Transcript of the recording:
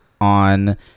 on